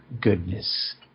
goodness